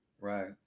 right